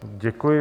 Děkuji.